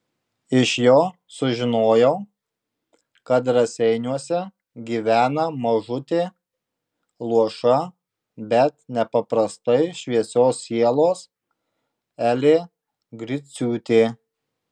iš jo sužinojau kad raseiniuose gyvena mažutė luoša bet nepaprastai šviesios sielos elė griciūtė